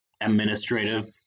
administrative